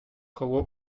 koło